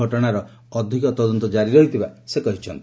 ଘଟଣାର ଅଧିକ ତଦନ୍ତ କାରି ରହିଥିବା ସେ କହିଛନ୍ତି